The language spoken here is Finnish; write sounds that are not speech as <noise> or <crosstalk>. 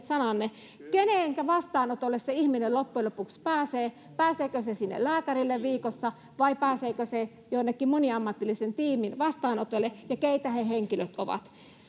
<unintelligible> sananne kenenkä vastaanotolle se ihminen loppujen lopuksi pääsee pääseekö se sinne lääkärille viikossa vai pääseekö se jonnekin moniammatillisen tiimin vastaanotolle ja keitä ne henkilöt ovat